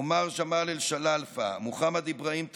עומר ג'מאל אלשלאלפה, מוחמד אבראהים טאטור,